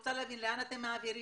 אני רוצה להבין, לאן אתם מעבירים?